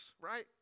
right